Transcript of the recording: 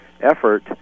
effort